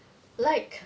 like